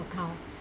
account